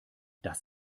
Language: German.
das